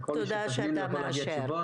וכל מי שתזמינו יכול להגיע עם תשובות.